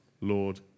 Lord